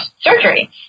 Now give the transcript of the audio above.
surgery